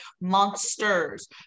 monsters